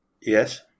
Yes